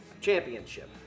Championship